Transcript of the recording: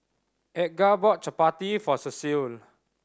Edgar bought Chapati for Cecil